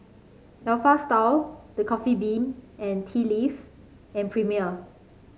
Alpha Style The Coffee Bean and Tea Leaf and Premier